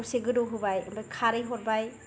दसे गोदौहोबाय ओमफाय खारै हरबाय